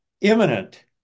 imminent